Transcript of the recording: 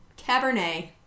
Cabernet